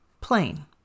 plane